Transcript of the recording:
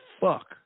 fuck